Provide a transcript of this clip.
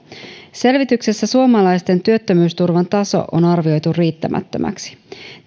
selvityksessä suomalaisten työttömyysturvan taso on arvioitu riittämättömäksi